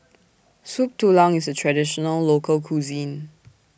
Soup Tulang IS A Traditional Local Cuisine